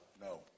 no